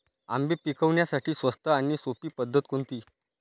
आंबे पिकवण्यासाठी स्वस्त आणि सोपी पद्धत कोणती?